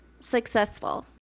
successful